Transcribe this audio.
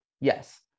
yes